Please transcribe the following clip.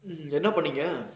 mm என்ன பண்ணிங்க:enna panninga